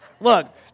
Look